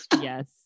yes